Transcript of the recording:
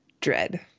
Dread